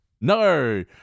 No